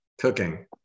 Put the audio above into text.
Cooking